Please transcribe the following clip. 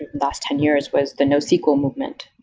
last ten years, was the nosql movement,